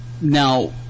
Now